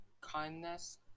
kindness